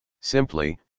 simply